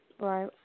Right